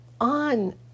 on